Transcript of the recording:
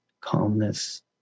calmness